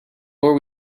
more